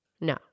No